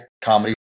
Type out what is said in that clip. comedy